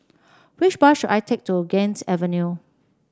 which bus should I take to Ganges Avenue